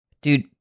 Dude